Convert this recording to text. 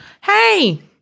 hey